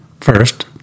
First